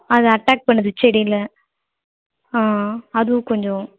அதை அட்டாக் பண்ணுது செடியில் ஆ அதுவும் கொஞ்சம்